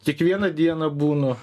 kiekvieną dieną būnu